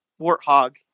warthog